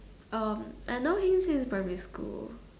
I know him since primary school